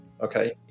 okay